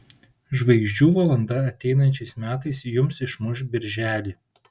žvaigždžių valanda ateinančiais metais jums išmuš birželį